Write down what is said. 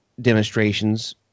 demonstrations